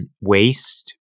waste